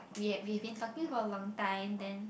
we had we had been talking for a long time then